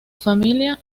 familia